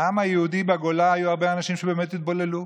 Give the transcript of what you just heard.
העם היהודי בגולה, היו הרבה אנשים שבאמת התבוללו.